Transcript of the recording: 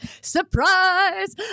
Surprise